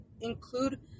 include